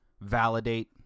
validate